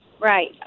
Right